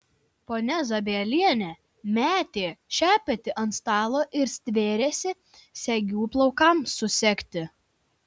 ponia zabielienė metė šepetį ant stalo ir stvėrėsi segių plaukams susegti